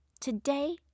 Today